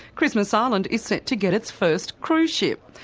christmas island is set to get its first cruise ship.